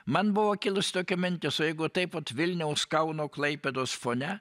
man buvo kilusi tokia mintis o jeigu taip vat vilniaus kauno klaipėdos fone